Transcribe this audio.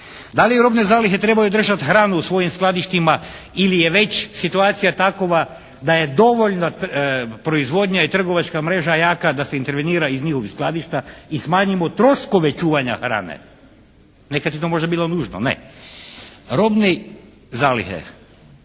Da li robne zalihe trebaju držati hranu u svojim skladištima ili je već situacija takova da je dovoljna proizvodnja i trgovačka mreža jaka da se intervenira iz njihovih skladišta i smanjimo troškove čuvanja hrane. Nekad je to možda bilo nužno. Ne.